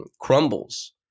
crumbles